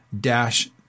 dash